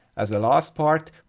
as a last part,